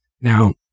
Now